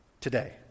today